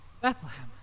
Bethlehem